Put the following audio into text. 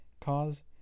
cause